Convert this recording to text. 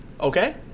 okay